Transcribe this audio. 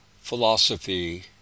philosophy